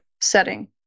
setting